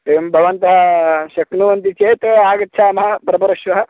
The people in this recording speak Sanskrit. किं भवन्तः शक्नुवन्ति चेत् आगच्छामः प्रपरश्वः